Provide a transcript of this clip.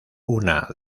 una